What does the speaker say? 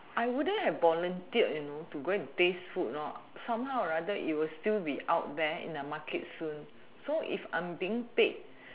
I wouldn't have volunteer you know to go and taste food somehow or rather it will still be out there in the Market soon so if I'm been paid